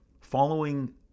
following